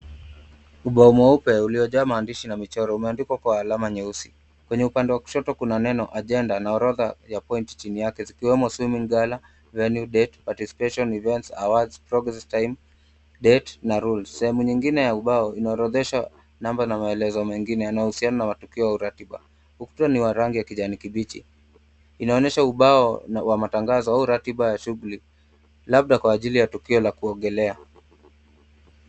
Ubao mweupe uliojaa maandishi na michoro umeandikwa kwa alama nyeusi. Kwenye upande wa kushoto kuna neno agenda na orodha ya point chini yake zikiwemo swimming gala venue date participation events awards progress time date na rules . Sehemu nyingine ya ubao inaorodhesha namba na maelezo mengine yanayohusiana na matukio ya uratiba. Ukuta ni wa rangi ya kijani kibichi. Inaonyesha ubao wa matangazo au ratiba ya shughuli labda kwa ajili ya tukio la kuogelea.